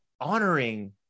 honoring